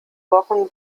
wochen